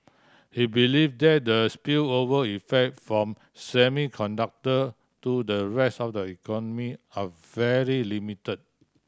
he believe that the spillover effect from semiconductor to the rest of the economy are very limit